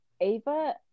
Ava